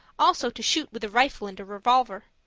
also to shoot with a rifle and a revolver.